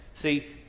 See